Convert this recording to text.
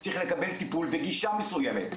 צריך לקבל טיפול בגישה מסוימת.